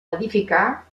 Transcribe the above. edificar